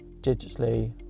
digitally